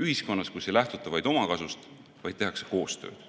ühiskonnas, kus ei lähtuta vaid omakasust, vaid tehakse koostööd,